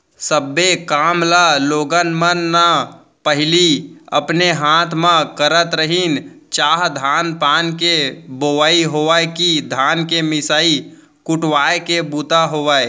सब्बे काम ल लोग मन न पहिली अपने हाथे म करत रहिन चाह धान पान के बोवई होवय कि धान के मिसाय कुटवाय के बूता होय